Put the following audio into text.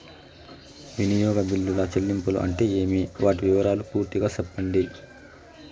వినియోగ బిల్లుల చెల్లింపులు అంటే ఏమి? వాటి వివరాలు పూర్తిగా సెప్పండి?